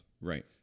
Right